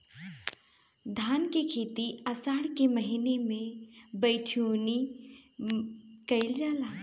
धान के खेती आषाढ़ के महीना में बइठुअनी कइल जाला?